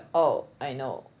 oh I know